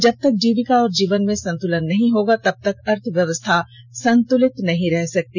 जब तक जीविका और जीवन में संतुलन नहीं बनेगा तब तक अर्थव्यवस्था संतुलित नहीं रह सकता